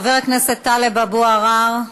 חבר הכנסת טלב אבו עראר,